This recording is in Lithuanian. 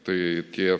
tai tie